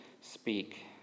speak